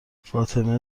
فاطمه